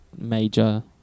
major